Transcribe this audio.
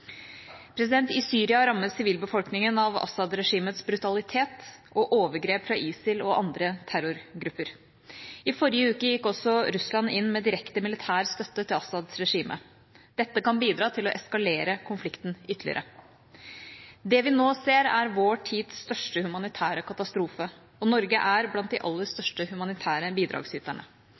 I Syria rammes sivilbefolkningen av Assad-regimets brutalitet og overgrep fra ISIL og andre terrorgrupper. I forrige uke gikk også Russland inn med direkte militær støtte til Assads regime. Dette kan bidra til å eskalere konflikten ytterligere. Det vi nå ser, er vår tids største humanitære katastrofe, og Norge er blant de aller største humanitære bidragsyterne.